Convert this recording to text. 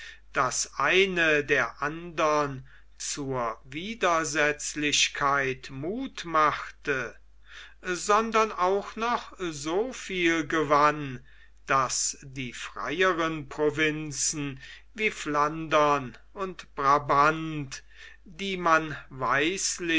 daß eine der andern zur widersetzlichkeit muth machte sondern auch noch so viel gewann daß die freieren provinzen wie flandern und brabant die man